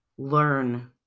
learn